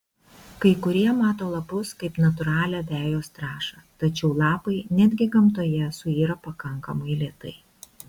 kai kurie mato lapus kaip natūralią vejos trąšą tačiau lapai netgi gamtoje suyra pakankamai lėtai